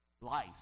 Life